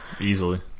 easily